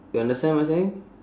you understand what I'm saying